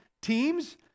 teams